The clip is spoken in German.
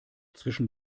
zwischen